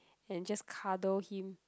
and just cuddle him